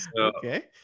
okay